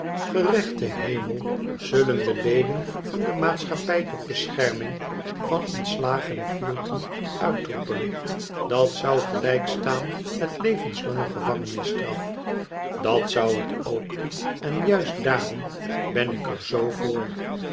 gerechte hemel zullon de leden van de maatschappij tot bescherming van ontslagene fielten uitroepen dat zou gelijk staan met levenslange gevangenisstraf dat zou het ook en juist daarom ben ik er zoo voor